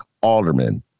alderman